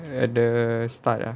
at the start ah